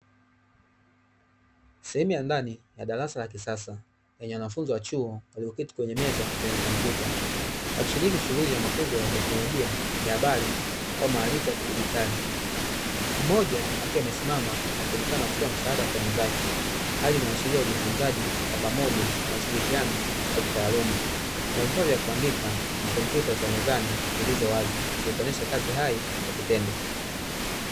Sehemu ya ndani ya darasa la kisasa lenye wanafunzi wa chuo walioketi kwenye meza zenye kompyuta, wakishiriki shughuli ya mafuzo ya teknolojia ya habari au maarifa ya kidijitali, mmoja akiwa amesimama akionekana kutoa msaada kwa wenzake hali inayo ashiria ujifunzaji wa pamoja na ushirikiano wa kitaaluma. Kuna vifaa vya kuandika na kompyuta za mezani zilizowazi ikionesha kazi hai kwa vitendo.